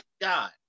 God